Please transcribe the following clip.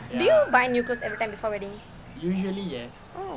do you buy new clothes every time before wedding